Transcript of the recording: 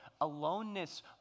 Aloneness